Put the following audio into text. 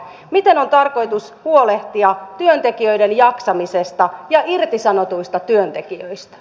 miten on tarkoitus huolehtia työntekijöiden jaksamisesta ja irtisanotuista työntekijöistä